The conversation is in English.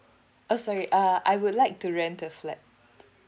oh sorry uh I would like to rent a flat